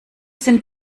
sind